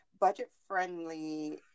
budget-friendly